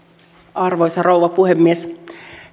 arvoisa rouva puhemies